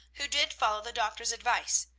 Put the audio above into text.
who did follow the doctor's advice,